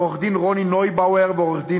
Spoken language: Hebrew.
לעורכת-הדין רוני נויבאואר ועורכת-הדין